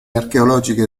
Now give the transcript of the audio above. archeologiche